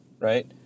right